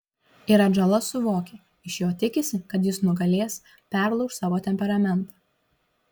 ir atžala suvokia iš jo tikisi kad jis nugalės perlauš savo temperamentą